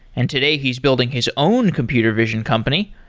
and today he's building his own computer vision company.